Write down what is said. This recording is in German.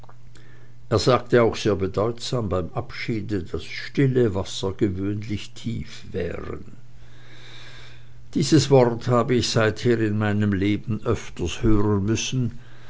er sagte auch sehr bedeutsam beim abschiede daß stille wasser gewöhnlich tief wären dieses wort habe ich seither in meinem leben öfter hören müssen